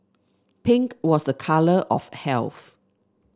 pink was a colour of health